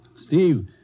Steve